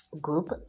group